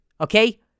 okay